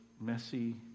messy